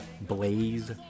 Blaze